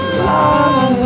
love